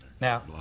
Now